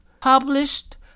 published